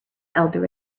elder